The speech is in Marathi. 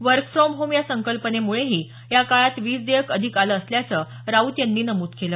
वर्क फ्रॉम होम या संकल्पनेमुळेही या काळात वीज देयक अधिक आलं असल्याचं राऊत यांनी नमूद केलं